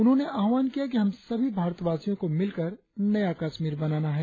उन्होंने आह्वान किया कि हम सभी भारतवासियों को मिलकर नया कश्मीर बनाना है